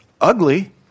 ugly